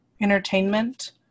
entertainment